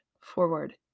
forward